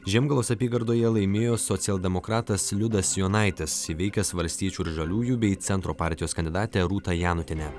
žiemgalos apygardoje laimėjo socialdemokratas liudas jonaitis įveikęs valstiečių ir žaliųjų bei centro partijos kandidatę rūtą janutienę